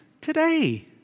today